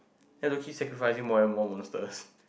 then you have to keep sacrificing more and more monsters